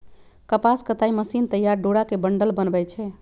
कपास कताई मशीन तइयार डोरा के बंडल बनबै छइ